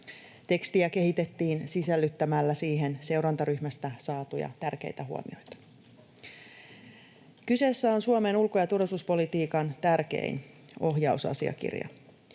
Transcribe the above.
Tekstiä kehitettiin sisällyttämällä siihen seurantaryhmästä saatuja tärkeitä huomioita. Kyseessä on Suomen ulko- ja turvallisuuspolitiikan tärkein ohjausasiakirja.